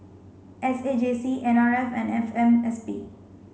S A J C N R F and F M S P